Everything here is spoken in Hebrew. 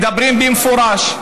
מדברים במפורש: